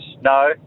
No